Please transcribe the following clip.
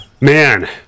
Man